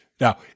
Now